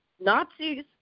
nazis